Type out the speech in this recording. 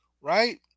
right